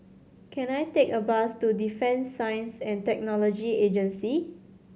can I take a bus to Defence Science And Technology Agency